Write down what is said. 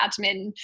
admin